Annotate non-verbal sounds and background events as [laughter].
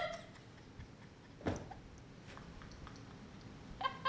[laughs]